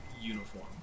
uniform